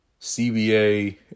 CBA